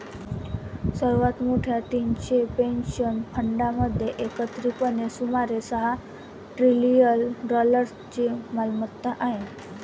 सर्वात मोठ्या तीनशे पेन्शन फंडांमध्ये एकत्रितपणे सुमारे सहा ट्रिलियन डॉलर्सची मालमत्ता आहे